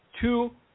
two